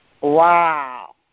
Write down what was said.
Wow